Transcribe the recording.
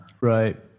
right